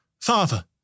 Father